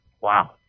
Wow